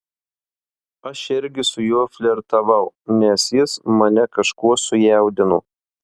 aš irgi su juo flirtavau nes jis mane kažkuo sujaudino